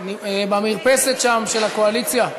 במרפסת שם של הקואליציה,